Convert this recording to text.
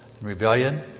rebellion